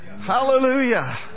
Hallelujah